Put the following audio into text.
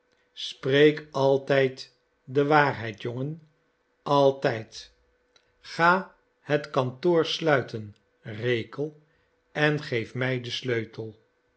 spreek altijd de waarheid jongen altijd ga het kantoor sluiten rekel en geef mij den sleutel